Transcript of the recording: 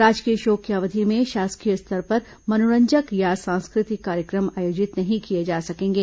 राजकीय शोक की अवधि में शासकीय स्तर पर मनोरंजक या सांस्कृतिक कार्यक्रम आयोजित नहीं किए जा सकेंगे